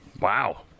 Wow